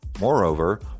Moreover